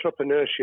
entrepreneurship